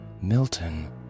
Milton